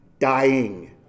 Dying